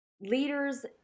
leaders